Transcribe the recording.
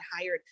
hired